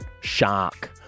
Shark